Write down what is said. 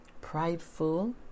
prideful